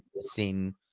seen